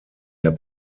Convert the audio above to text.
der